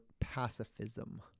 pacifism